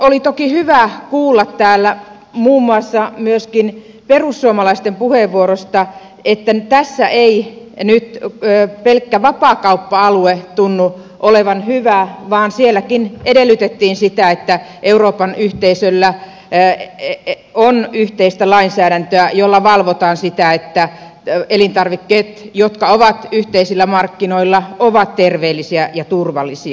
oli toki hyvä kuulla täällä muun muassa myöskin perussuomalaisten puheenvuorosta että tässä ei nyt pelkkä vapaakauppa alue tunnu olevan hyvä vaan sielläkin edellytettiin sitä että euroopan yhteisöllä on yhteistä lainsäädäntöä jolla valvotaan sitä että elintarvikkeet jotka ovat yhteisillä markkinoilla ovat terveellisiä ja turvallisia